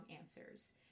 answers